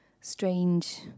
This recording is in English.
strange